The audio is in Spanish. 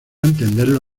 entenderlo